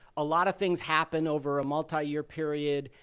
a lot of things happen over a multi-year period,